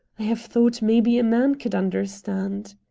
i have thought maybe a man could understand.